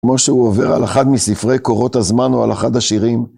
כמו שהוא עובר על אחד מספרי קורות הזמן או על אחד השירים.